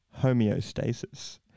homeostasis